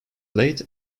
late